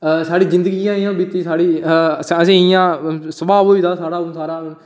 ते साढ़ी जिंदगी गै इंया बीती असेंगी इंया स्भा होई गेदा हून साढ़ा